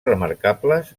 remarcables